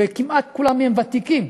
וכמעט כולם ותיקים,